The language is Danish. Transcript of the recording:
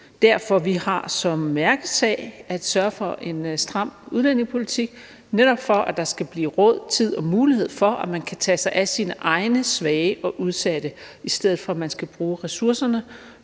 derfor, vi har som mærkesag at sørge for en stram udlændingepolitik – netop for at der skal blive råd til, tid til og mulighed for, at man kan tage sig af sine egne svage og udsatte, i stedet for at man skal bruge ressourcerne